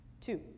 two